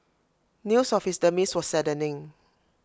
news of his demise were saddening